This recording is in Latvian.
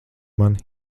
mani